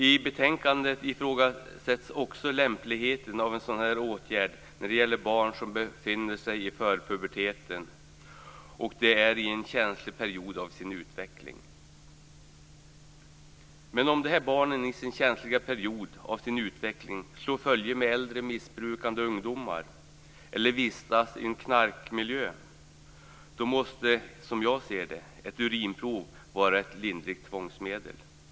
I betänkandet ifrågasätts också lämpligheten av en sådan här åtgärd när det gäller barn som befinner sig i förpuberteten och de är i en känslig period av sin utveckling. Men om de här barnen i sin känsliga period av sin utveckling slår följe med äldre missbrukande ungdomar, eller vistas i en knarkmiljö, måste ett urinprov vara ett lindrigt tvångsmedel, som jag ser det.